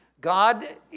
God